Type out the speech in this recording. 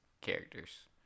characters